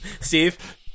Steve